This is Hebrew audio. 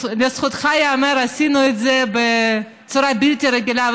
לזכותך ייאמר שעשינו את זה בצורה בלתי-רגילה,